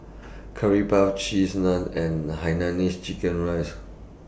Curry Puff Cheese Naan and Hainanese Chicken Rice